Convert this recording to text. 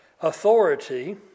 authority